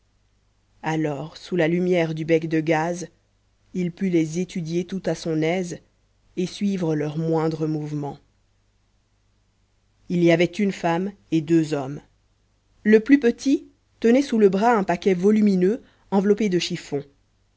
alors sous la lumière du bec de gaz il put les étudier tout à son aise et suivre leurs moindres mouvements il y avait une femme et deux hommes le plus petit tenait sous le bras un paquet volumineux enveloppé de chiffons